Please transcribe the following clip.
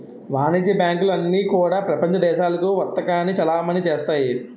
వాణిజ్య బ్యాంకులు అన్నీ కూడా ప్రపంచ దేశాలకు వర్తకాన్ని చలామణి చేస్తాయి